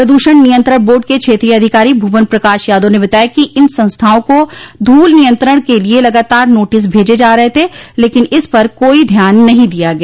प्रद्शण नियंत्रण बोर्ड के क्षेत्रीय अधिकारी भुवन प्रकाश यादव ने बताया कि इन संस्थाओं को धूल नियंत्रण के लिये लगातार नोटिस भेजे जा रहे थे लेकिन इस पर कोई ध्यान नहीं दिया गया